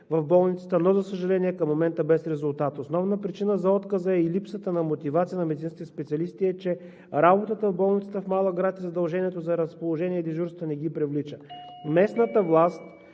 в болницата, но, за съжаление, към момента без резултат. Основна причина за отказа и липсата на мотивация на медицинските специалисти е, че работата в болница в малък град и задължението за разположение и дежурства не ги привлича. (Председателят